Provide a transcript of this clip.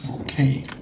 Okay